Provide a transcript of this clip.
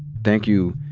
thank you,